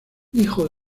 hijo